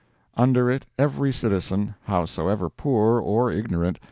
under it every citizen, howsoever poor or ignorant,